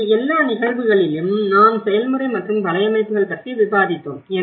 எனவே எல்லா நிகழ்வுகளிலும் நாம் செயல்முறை மற்றும் வலையமைப்புகள் பற்றி விவாதித்தோம்